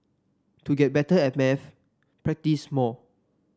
to get better at maths practise more